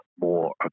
more